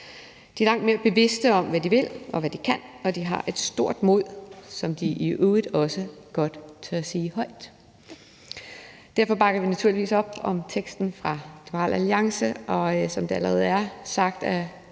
De er langt mere bevidst om, hvad de vil, og hvad de kan, og de har et stort mod, som de i øvrigt også godt tør sige højt. Derfor bakker vi naturligvis op om teksten fra Liberal Alliance, og som det allerede er sagt